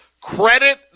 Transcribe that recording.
credit